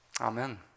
amen